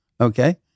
okay